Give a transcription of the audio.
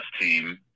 team